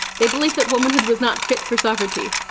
they believe that womanhood was not fit for sovereignty.